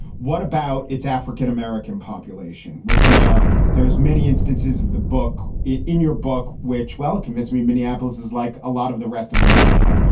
what about its african-american population? was there there's many instances of the book in your book which will convince me minneapolis is like a lot of the rest of america,